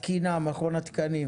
מכון התקנים